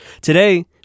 Today